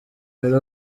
will